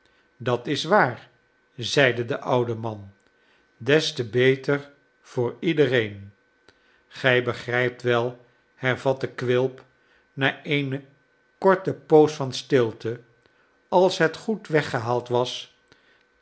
dat is waar zeide de oude man des te beter voor iedereen gij begrijpt wel hervatte quilp na eene korte poos van stilte als het goed weggehaald was